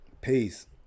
Peace